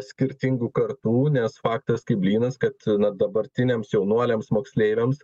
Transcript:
skirtingų kartų nes faktas kaip blynas kad dabartiniams jaunuoliams moksleiviams